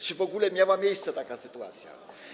Czy w ogóle miała miejsce taka sytuacja?